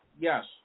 Yes